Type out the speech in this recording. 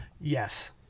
Yes